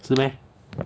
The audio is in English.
是 meh